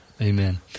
amen